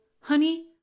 honey